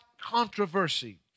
controversy